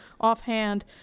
offhand